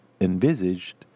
envisaged